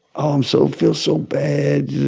um so feel so bad,